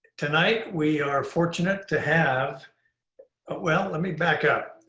tonight, we are fortunate to have ah well, let me back up.